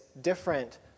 different